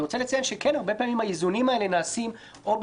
אני רוצה לציין שהרבה פעמים האיזונים האלה נעשים באמצעות